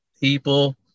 people